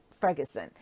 Ferguson